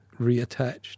reattached